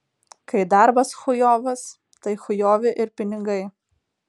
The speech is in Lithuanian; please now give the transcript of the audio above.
kai darbas chujovas tai chujovi ir pinigai